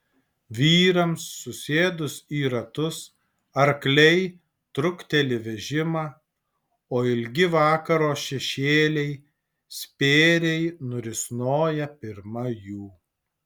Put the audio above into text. vyrams susėdus į ratus arkliai trukteli vežimą o ilgi vakaro šešėliai spėriai nurisnoja pirma jų